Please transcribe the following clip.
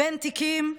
בין תיקים,